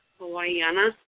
Hawaiiana